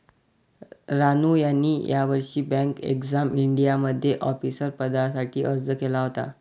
रानू यांनी यावर्षी bank exam इंडियामध्ये ऑफिसर पदासाठी अर्ज केला होता